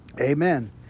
Amen